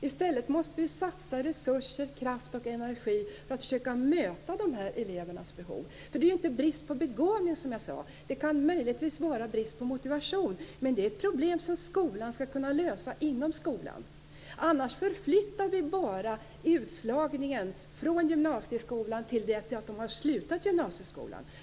I stället måste vi satsa resurser, kraft och energi för att försöka möta elevernas behov. Det handlar ju inte om brist på begåvning, som jag sade. Det kan möjligtvis vara brist på motivation, men det är ett problem som skolan skall kunna lösa inom skolan. Annars förflyttar vi bara utslagningen från gymnasieskolan till efter det att eleverna har slutat gymnasieskolan.